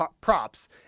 props